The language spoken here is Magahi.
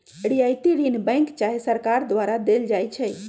रियायती ऋण बैंक चाहे सरकार द्वारा देल जाइ छइ